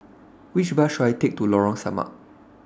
Which Bus should I Take to Lorong Samak